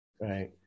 Right